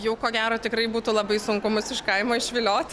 jau ko gero tikrai būtų labai sunku mus iš kaimo išviliot